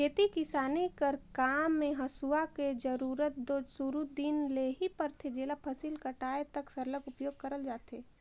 खेती किसानी कर काम मे हेसुवा कर जरूरत दो सुरू दिन ले ही परथे जेला फसिल कटाए तक सरलग उपियोग करल जाथे